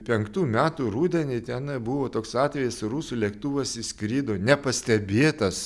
ir penktų metų rudenį ten buvo toks atvejis rusų lėktuvas įskrido nepastebėtas